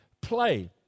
play